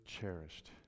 cherished